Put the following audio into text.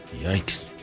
Yikes